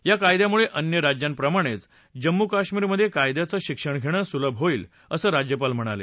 या कायद्यामुळे अन्य राज्याप्रमाणेच जम्मू कश्मीरमधे कायद्याचं शिक्षण घेणं सुलभ होईल असं राज्यपाल म्हणाले